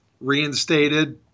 reinstated